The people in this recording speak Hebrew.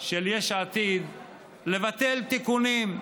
של יש עתיד לבטל תיקונים: